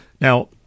Now